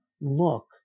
look